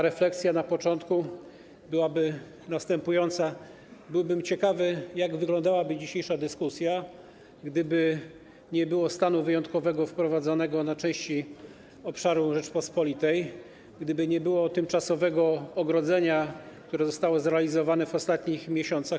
Refleksja na początku jest następująca: jestem ciekawy, jak wyglądałaby dzisiejsza dyskusja, gdyby nie było stanu wyjątkowego wprowadzonego na części obszaru Rzeczypospolitej, gdyby nie było tymczasowego ogrodzenia, które zostało zrobione w ostatnich miesiącach.